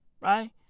right